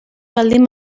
baldin